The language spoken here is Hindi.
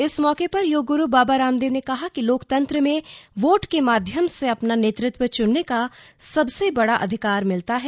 इस मौके पर योग गुरू बाबा रामदेव ने कहा कि लोकतंत्र में वोट के माध्यम से अपना नेतृत्व चुनने का सबसे बड़ा अधिकार मिलता है